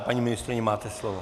Paní ministryně, máte slovo.